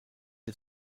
der